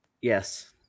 Yes